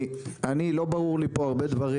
לא ברור לי פה הרבה דברים,